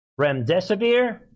Remdesivir